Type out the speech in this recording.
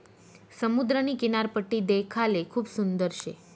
समुद्रनी किनारपट्टी देखाले खूप सुंदर शे